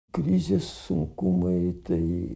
krizės sunkumai tai